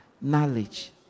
Knowledge